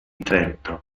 trento